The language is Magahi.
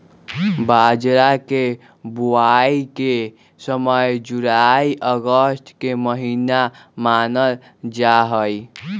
बाजरा के बुवाई के समय जुलाई अगस्त के महीना मानल जाहई